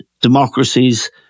democracies